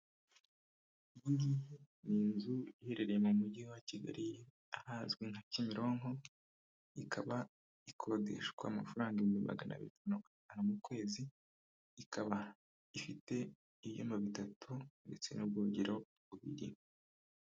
ni inzu iherereye mu mujyi wa kigali ahazwi nka kimironko ikaba ikodeshwa amafaranga ibihumbi maganabiri mirongo itanu mu kwezi ikaba ifite ibyumba bitatu ndetse n'ubwogero bubiri.